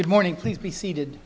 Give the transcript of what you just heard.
good morning please be seated